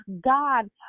God